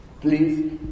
Please